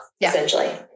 essentially